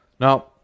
Now